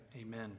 amen